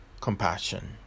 compassion